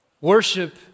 Worship